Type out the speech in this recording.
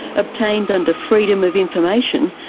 obtained under freedom of information,